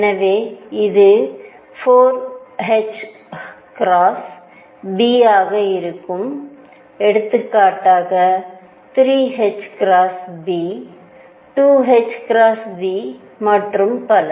எனவே இது 4 Bஆக இருக்கும் எடுத்துக்காட்டாக 3 B 2 B மற்றும் பல